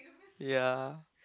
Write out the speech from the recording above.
yeah